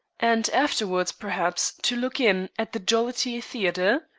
and afterwards, perhaps, to look in at the jollity theatre?